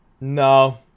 no